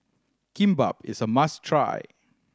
kimbap is a must try